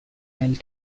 nel